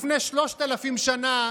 לפני שלושת אלפים שנה,